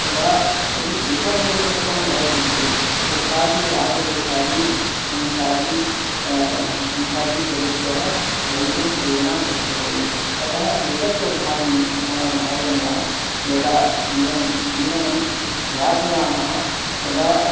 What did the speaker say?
तदा यदि एकमेव तत्त्वं भवति चेत् कुत्रापि रागद्वेषादि हिंसादि हिंसादि प्रवृत्तयः भवितुम् एव न शक्यते अतः एकत्वभावन् भावनया यदा जीवन् जीवनं यापयामः तदा